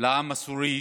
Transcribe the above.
לעם הסורי,